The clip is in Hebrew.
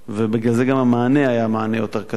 ובגלל זה גם המענה היה יותר קטן.